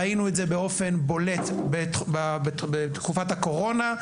ראינו את זה באופן בולט בתקופת הקורונה,